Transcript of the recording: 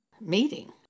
meeting